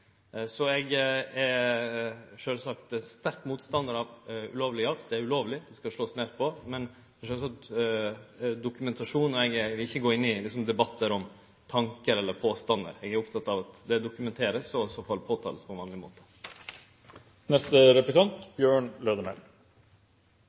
Eg er sjølvsagt sterk motstandar av ulovleg jakt; det er ulovleg. Det skal slåast ned på, men sjølvsagt med dokumentasjon. Eg vil ikkje gå inn i debattar om tankar eller påstandar; eg er oppteken av at det vert dokumentert, og så får det verte påtalt på vanleg måte.